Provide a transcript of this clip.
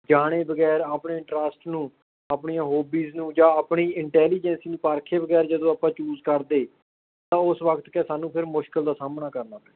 ਜਾਣੇ ਬਗੈਰ ਆਪਣੇ ਇੰਟਰਸਟ ਨੂੰ ਆਪਣੀਆਂ ਹੋਬੀਜ਼ ਨੂੰ ਜਾਂ ਆਪਣੀ ਇੰਟੈਲੀਜੈਂਸੀ ਨੂੰ ਪਰਖੇ ਵਗੈਰਾ ਜਦੋਂ ਆਪਾਂ ਚੂਜ ਕਰਦੇ ਤਾਂ ਉਸ ਵਕਤ ਕਿ ਸਾਨੂੰ ਫਿਰ ਮੁਸ਼ਕਿਲ ਦਾ ਸਾਹਮਣਾ ਕਰਨਾ ਪੈਂਦਾ